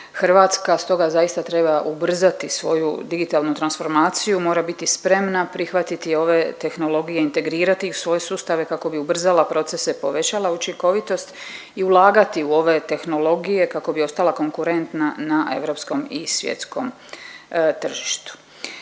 Hrvatska stoga zaista treba ubrzati svoju digitalnu transformaciju, mora biti spremna prihvatiti ove tehnologije, integrirati ih u svoje sustave kako bi ubrzala procese, povećala učinkovitost i ulagati u ove tehnologije kako bi ostala konkurentna na europskom i svjetskom tržištu.